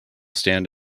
stand